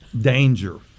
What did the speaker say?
Danger